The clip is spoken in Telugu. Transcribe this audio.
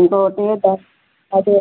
ఇంకొకటి అది